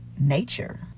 nature